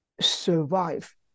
survive